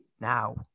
Now